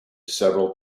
several